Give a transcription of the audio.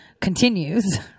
continues